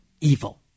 evil